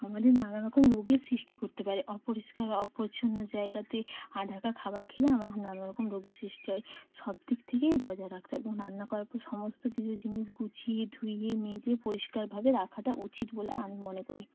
আমাদের নানা রকম রোগের সৃষ্টি করতে পারে অপরিষ্কার অপরিচ্ছন্ন জায়গাতে আঢাকা খাবার খেলে আমাদের নানা রকম রোগের সৃষ্টি হয় সব দিক থেকেই বজায় রাখতে হয় এবং রান্না করার পর সমস্ত কিছু জিনিস গুছিয়ে ধুয়ে মেজে পরিষ্কারভাবে রাখাটা উচিত বলে আমি মনে করি